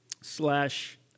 slash